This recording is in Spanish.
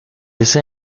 ese